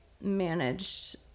managed